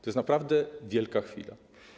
To jest naprawdę wielka chwila.